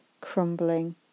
crumbling